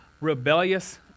rebellious